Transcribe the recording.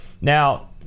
Now